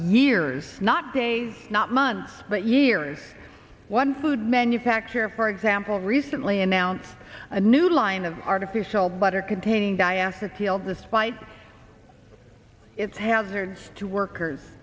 years not days not months but years one food manufacturer for example recently announced a new line of artificial butter containing diaster tale despite its hazards to workers